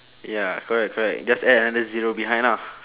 ya correct correct just add another zero behind ah